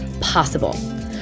possible